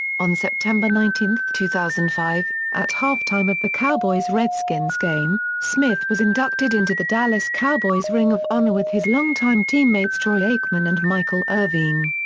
on september nineteen, two thousand and five, at halftime of the cowboys-redskins game, smith was inducted into the dallas cowboys ring of honor with his long-time teammates troy aikman and michael irvin.